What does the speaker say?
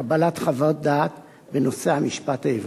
לקבלת חוות דעת בנושא המשפט העברי.